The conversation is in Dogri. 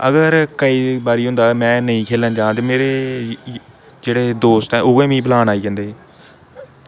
अगर केईं बारी होंदा में नेईं खेलन जां ते मेरे जेह्ड़े दोस्त ऐ उ'ऐ मिगी बलान आई जंदे